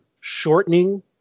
shortening